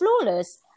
flawless